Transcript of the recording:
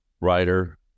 writer